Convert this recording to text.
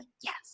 Yes